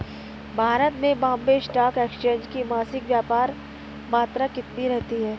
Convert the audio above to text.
भारत में Bombay stock exchange की मासिक व्यापार मात्रा कितनी रहती है?